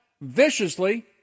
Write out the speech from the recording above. viciously